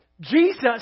Jesus